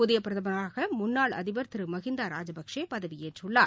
புதியபிரதமராகமுன்னாள் அதிபர் திருமகிந்தாராஜபக்சேபதவியேற்றுள்ளார்